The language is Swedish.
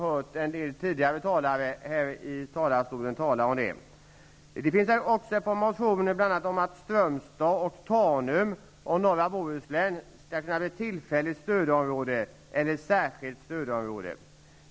En del av tidigare talare här i dag har talat om den saken. Vidare finns det ett par motioner där det talas om att Strömstad, Tanum och norra Bohuslän skall kunna bli ett tillfälligt eller särskilt stödområde.